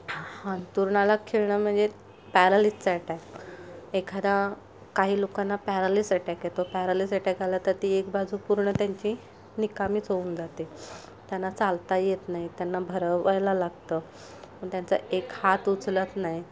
अंथरुणाला खिळणं म्हणजे पॅरालीसचा ॲटॅक एखादा काही लोकांना पॅरालीस अटॅक येतो पॅरालीस अटॅक आला तर ती एक बाजू पूर्ण त्यांची निकामीच होऊन जाते त्यांना चालता येत नाही त्यांना भरवायला लागतं पण त्यांचा एक हात उचलत नाही